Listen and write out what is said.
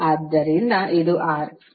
ಆದ್ದರಿಂದ ಇದು R